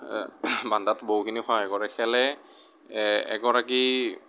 বন্ধাত বহুখিনি সহায় কৰে খেলে এ এগৰাকী